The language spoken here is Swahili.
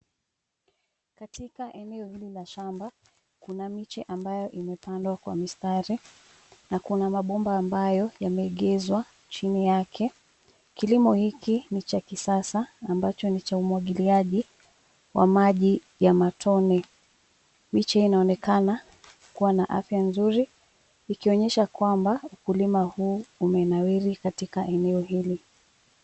Katika eneo hili la shamba kuna miche ambayo imepandwa kwa mistari na kuna mabomba ambayo yameegezwa chini yake. Kilimo hiki ni cha kisasa ambacho ni cha umwagiliaji wa maji ya matone. Miche inaonekana kuwa na afya nzuri ikionyesha kwamba ukulima huu umenawiri katika eneo hili.